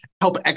help